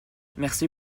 merci